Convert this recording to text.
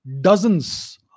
dozens